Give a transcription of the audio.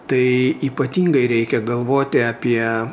tai ypatingai reikia galvoti apie